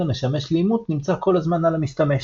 המשמש לאימות נמצא כל הזמן על המשתמש.